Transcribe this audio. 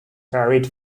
varied